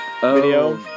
Video